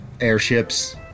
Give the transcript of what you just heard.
Airships